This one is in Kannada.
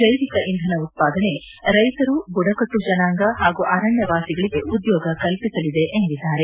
ಜೈವಿಕ ಇಂಧನ ಉತ್ವಾದನೆ ರೈತರು ಬುಡಕಟ್ಟು ಜನಾಂಗ ಹಾಗೂ ಅರಣ್ಣವಾಸಿಗಳಿಗೆ ಉದ್ಯೋಗ ಕಲ್ಪಿಸಲಿದೆ ಎಂದಿದ್ದಾರೆ